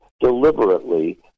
deliberately